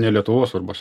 ne lietuvos svarbos